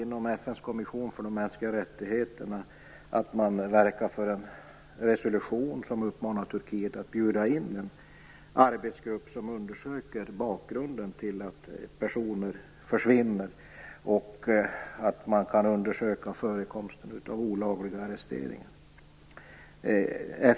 Inom FN:s kommission för de mänskliga rättigheterna skulle man kunna verka för en resolution som uppmanar Turkiet att bjuda in en arbetsgrupp som undersöker bakgrunden till att personer försvinner och som undersöker förekomsten av olagliga arresteringar.